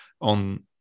on